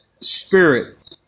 spirit